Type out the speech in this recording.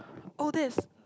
oh that's